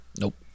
Nope